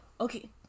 Okay